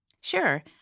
Sure